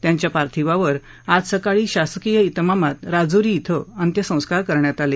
त्यांच्या पार्थिवावर आज सकाळी शासकीय तिमामात राजुरी येथे अंत्यसंस्कार करण्यात आले